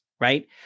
right